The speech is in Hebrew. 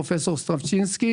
פרופסור סטרבצ'ינסקי